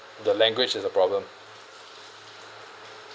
the language is a problem